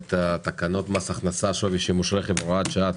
את תקנות מס הכנסה (שווי השימוש ברכב)(הוראת שעה),